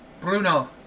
Bruno